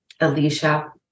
Alicia